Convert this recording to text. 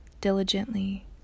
diligently